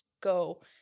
go